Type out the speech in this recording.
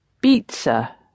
pizza